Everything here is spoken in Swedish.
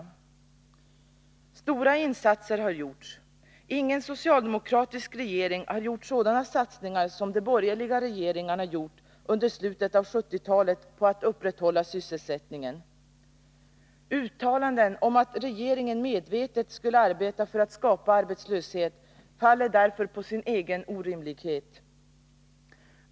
Stora insatser har gjorts. Ingen socialdemokratisk regering har gjort sådana satsningar som de borgerliga regeringarna gjort under slutet av 1970-talet på att upprätthålla sysselsättningen. Uttalanden om att regeringen medvetet skulle arbeta för att skapa arbetslöshet faller därför på sin egen orimlighet.